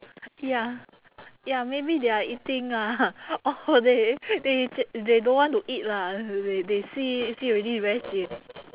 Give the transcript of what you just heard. ya ya maybe they are eating ah or they they they don't want to eat lah they they see see already very sian